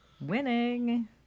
Winning